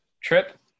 trip